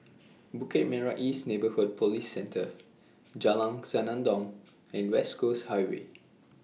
Bukit Merah East Neighbourhood Police Centre Jalan Senandong and West Coast Highway